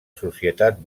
societat